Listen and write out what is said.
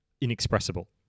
inexpressible